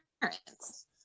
parents